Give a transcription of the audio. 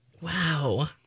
Wow